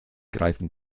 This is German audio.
greifen